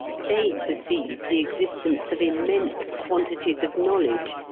they perceive the existence of immense quantities of knowledge,